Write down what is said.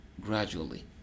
gradually